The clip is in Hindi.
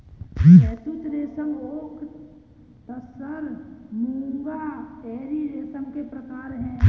शहतूत रेशम ओक तसर मूंगा एरी रेशम के प्रकार है